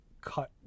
cut